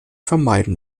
vermeiden